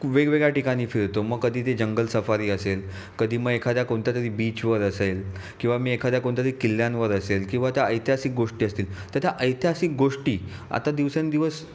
वेगवेगळ्या ठिकाणी फिरतो मग कधी ते जंगल सफारी असेल कधी मग एखाद्या कोणत्यातरी बीचवर असेल किंवा मी एखाद्या कोणत्याही किल्ल्यांवर असेल किंवा त्या ऐतिहासिक गोष्टी असतील तर त्या ऐतिहासिक गोष्टी आता दिवसेंदिवस